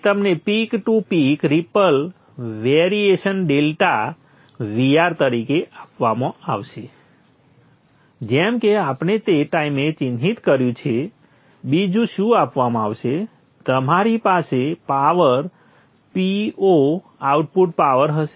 તે તમને peak to peak ripple variation delta Vr તરીકે આપવામાં આવશે જેમ કે આપણે તે ટાઈમે ચિહ્નિત કર્યું છે બીજું શું આપવામાં આવશે તમારી પાસે પાવર Po આઉટપુટ પાવર હશે